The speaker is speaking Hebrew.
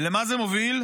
ולמה זה מוביל?